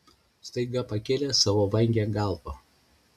staiga pakėlė savo vangią galvą